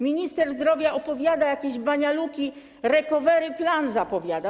Minister zdrowia opowiada jakieś banialuki, recovery plan zapowiada.